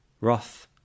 wrath